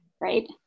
Right